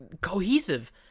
cohesive